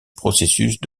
processus